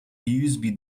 usb